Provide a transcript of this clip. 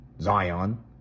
Zion